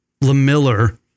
LaMiller